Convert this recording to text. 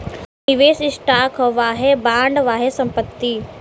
निवेस स्टॉक ह वाहे बॉन्ड, वाहे संपत्ति